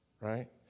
Right